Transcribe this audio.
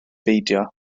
beidio